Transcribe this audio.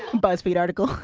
buzzfeed article.